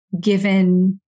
given